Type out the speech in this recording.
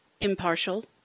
impartial